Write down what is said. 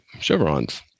chevrons